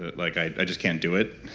like i just can't do it,